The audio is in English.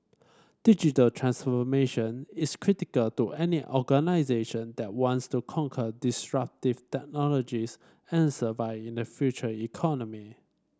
digital transformation is critical to any organisation that wants to conquer disruptive technologies and survive in the Future Economy